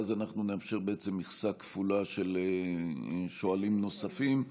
ואז נאפשר בעצם מכסה כפולה של שואלים נוספים.